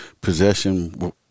possession